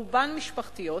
ברובן משפחתיות,